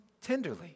tenderly